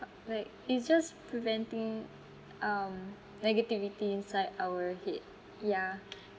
like it's just preventing um negativity inside our head yeah